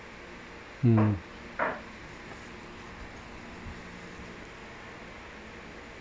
mm